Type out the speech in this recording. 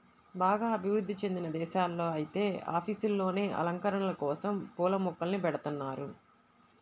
బాగా అభివృధ్ధి చెందిన దేశాల్లో ఐతే ఆఫీసుల్లోనే అలంకరణల కోసరం పూల మొక్కల్ని బెడతన్నారు